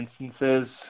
instances